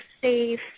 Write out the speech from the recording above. safe